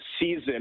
season